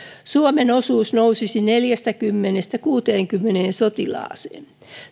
suomen osuus nousisi neljästäkymmenestä kuuteenkymmeneen sotilaaseen